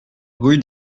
rue